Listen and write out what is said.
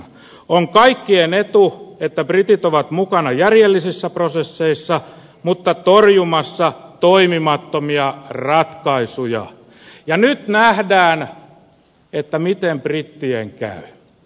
on kaikkien etu että britit ovat mukana järjellisissä prosesseissa mutta torjumassa toimimattomia ratkaisuja ja nyt nähdään miten brittien käy